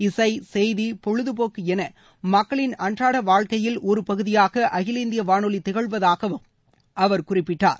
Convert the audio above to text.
இசை செய்தி பொழுதுபோக்கு என மக்களின் அன்றாட வாழ்க்கையில் ஒரு பகுதியாக அகில இந்திய வானொலி திகழ்வதாகவும் அவர் குறிப்பிட்டார்